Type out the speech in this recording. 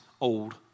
old